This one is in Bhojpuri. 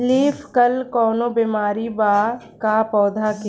लीफ कल कौनो बीमारी बा का पौधा के?